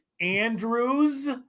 Andrews